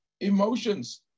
emotions